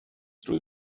trwy